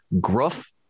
gruff